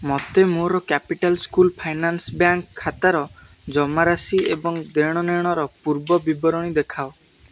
ମୋତେ ମୋର capital small finance bank ଖାତାର ଜମାରାଶି ଏବଂ ଦେଣନେଣର ପୂର୍ବବିବରଣୀ ଦେଖାଅ